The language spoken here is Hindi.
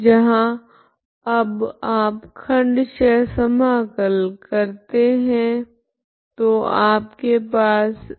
यहाँ अब आप खंडशह समाकलन करते है तो आपके पास है